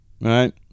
Right